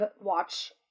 watch